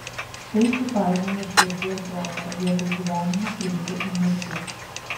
tai supainioja širdį ir protą vietoj gyvenimo kreipia į mirtį